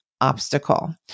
obstacle